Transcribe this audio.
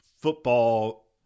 football